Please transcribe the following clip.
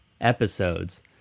episodes